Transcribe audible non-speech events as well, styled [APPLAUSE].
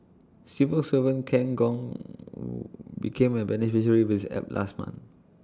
civil servant Ken Gong [HESITATION] became A beneficiary with app last month